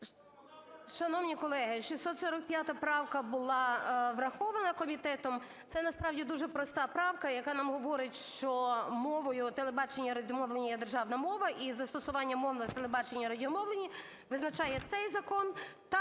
Шановні колеги, 645 правка була врахована комітетом. Це насправді дуже проста правка, яка нам говорить, що мовою телебачення, радіомовлення є державна мова і застосування мов на телебаченні і радіомовленні визначає цей закон